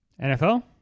NFL